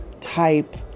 type